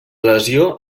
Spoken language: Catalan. lesió